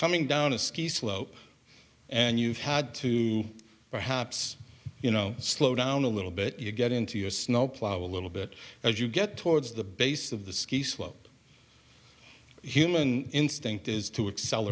coming down a ski slope and you've had to perhaps you know slow down a little bit you get into your snowplow a little bit as you get towards the base of the ski slope human instinct is to accel